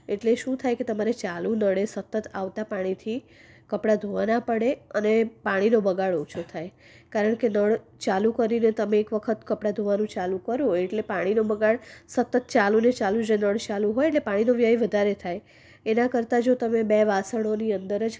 એટલે શું થાય તમારે ચાલુ નળે સતત આવતા પાણીથી કપડાં ધોવા ના પડે અને પાણીનો બગાડ ઓછો થાય કારણ કે નળ ચાલુ કરીને તમે એકવખત કપડાં ધોવાનું ચાલુ કરો એટલે પાણીનો બગાડ સતત ચાલુને ચાલુ જ હોય એટલે પાણીનો વ્યય વધારે થાય એના કરતા જો તમે બે વાસણની અંદર જ